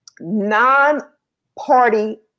non-party